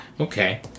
Okay